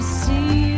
see